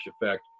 effect